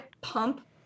pump